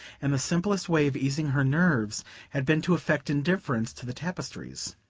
and the simplest way of easing her nerves had been to affect indifference to the tapestries.